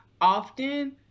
often